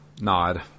nod